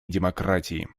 демократии